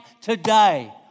today